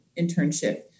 internship